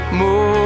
more